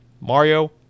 Mario